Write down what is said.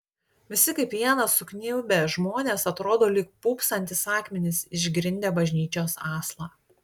visi kaip vienas sukniubę žmonės atrodo lyg pūpsantys akmenys išgrindę bažnyčios aslą